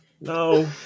No